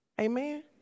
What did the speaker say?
Amen